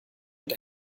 und